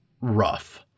rough